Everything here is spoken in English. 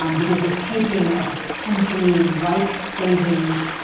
um because you're taking a potentially life-saving